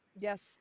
Yes